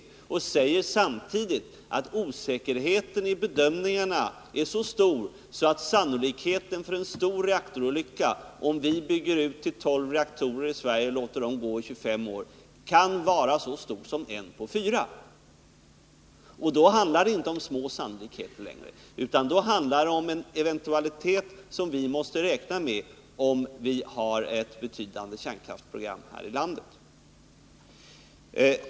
Samtidigt säger man att osäkerheten i bedömningarna är så stor att sannolikheten för en stor reaktorolycka, om vi bygger ut till 12 reaktorer i Sverige och låter dem gå i 25 år, kan vara så stor som 1 på 4. Och då handlar det inte längre om små sannolikheter, utan då handlar det om en eventualitet som vi måste räkna med om vi har ett betydande kärnkraftsprogram här i landet.